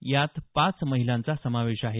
यात पाच महिलांचा समावेश आहे